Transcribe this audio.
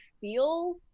feel